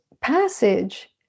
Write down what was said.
passage